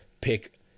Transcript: pick